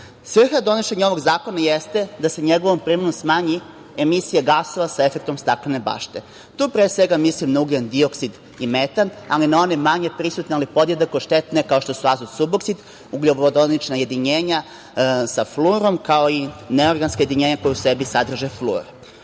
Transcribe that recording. donošenja ovog zakona jeste da se njegovom primenom smanji emisija gasova sa efektom staklene bašte. Tu pre svega mislim na ugljendioksid i metan, ali i na one manje prisutne ali podjednako štetne, kao što su azotsuboksid, ugljovodonična jedinjenja sa fluorom, kao i neorganska jedinjenja koja u sebi sadrže fluor. Ovaj